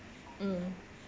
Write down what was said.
mm